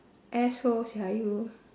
asshole sia you